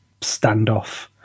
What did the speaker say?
standoff